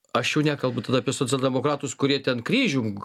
aš jau nekalbu tada apie socialdemokratus kurie ten kryžium